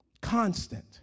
constant